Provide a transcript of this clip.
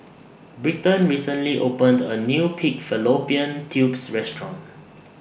Britton recently opened A New Pig Fallopian Tubes Restaurant